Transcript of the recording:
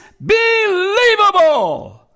Believable